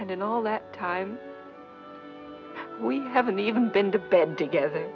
and in all that time we haven't even been to bed together